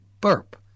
burp